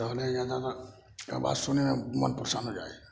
टहलै लए जाउ तऽ आवाज सुनैमे मन प्रसन्न हो जाइ छै